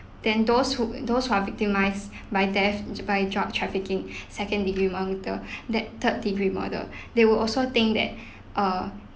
then those who those who are victimized by death by drug trafficking second degree murder that third degree murder they would also think that err